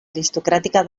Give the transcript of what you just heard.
aristocràtica